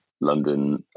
London